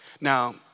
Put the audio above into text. Now